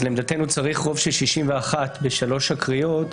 אז לעמדתנו צריך רוב של 61 בשלוש הקריאות,